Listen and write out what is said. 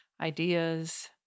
ideas